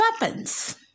weapons